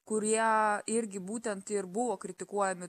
kurie irgi būtent ir buvo kritikuojami